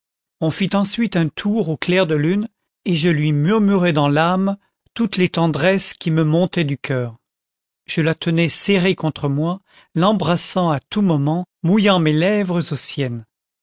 on fit ensuite un tour au clair de lune et je lui murmurai dans l'âme toutes les tendresses qui me montaient du coeur je la tenais serrée contre moi l'embrassant à tout moment mouillant mes lèvres aux